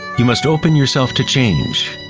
you must open yourself to change.